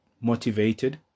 motivated